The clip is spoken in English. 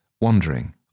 wandering